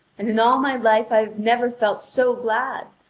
and in all my life i have never felt so glad,